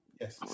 Yes